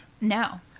No